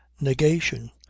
negation